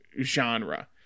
genre